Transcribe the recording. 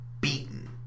beaten